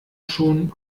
schon